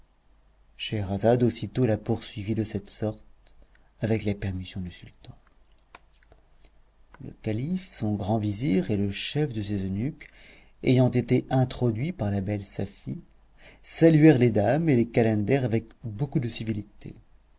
scheherazade aussitôt la poursuivit de cette sorte avec la permission du sultan le calife son grand vizir et le chef de ses eunuques ayant été introduits par la belle safie saluèrent les dames et les calenders avec beaucoup de civilité